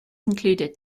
included